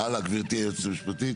הלאה גברתי, היועצת המשפטית.